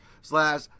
Slash